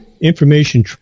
information